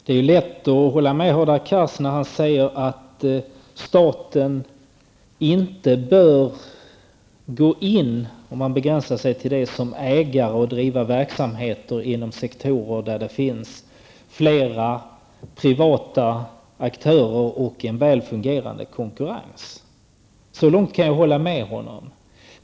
Herr talman! Det är lätt att hålla med Hadar Cars när han säger att staten inte bör gå in när det gäller verksamheter inom sektorer där det finns flera privata aktörer och en väl fungerande konkurrens. Så långt kan jag hålla med honom.